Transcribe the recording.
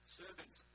servants